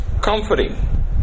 comforting